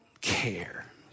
care